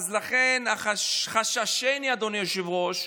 לכן חוששני, אדוני היושב-ראש,